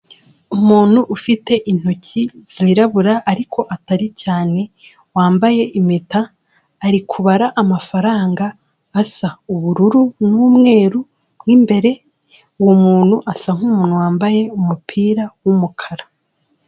Umuntu ufite intoki zirabura ariko atari cyane, wambaye impeta, ari kubara amafaranga asa ubururu n'umweru mo imbere, uwo muntu asa nk'umuntu wambaye umupira w'umukara.